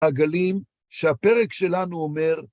מעגלים שהפרק שלנו אומר